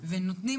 ונותנים